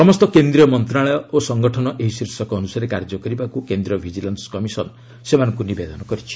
ସମସ୍ତ କେନ୍ଦ୍ରୀୟ ମନ୍ତ୍ରଣାଳୟ ଓ ସଙ୍ଗଠନ ଏହି ଶୀର୍ଷକ ଅନୁସାରେ କାର୍ଯ୍ୟ କରିବାକୁ କେନ୍ଦ୍ରୀୟ ଭିଜିଲାନ୍ସ କମିଶନ୍ ସେମାନଙ୍କୁ ନିବେଦନ କରିଛି